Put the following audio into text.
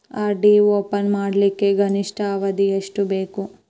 RD open ಮಾಡಲಿಕ್ಕ ಗರಿಷ್ಠ ಅವಧಿ ಎಷ್ಟ ಬೇಕು?